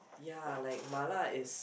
ya like mala is